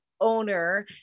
owner